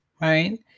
right